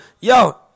yo